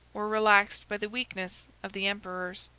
or relaxed by the weakness, of the emperors.